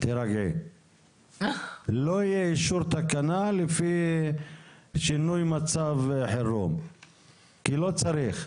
לא יהיה אישור תקנה לפי שינוי מצב חירום כי לא צריך.